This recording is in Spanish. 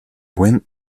buen